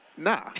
Nah